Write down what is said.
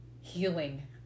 healing